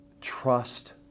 Trust